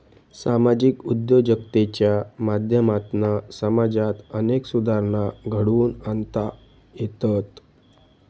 सामाजिक उद्योजकतेच्या माध्यमातना समाजात अनेक सुधारणा घडवुन आणता येतत